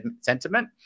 sentiment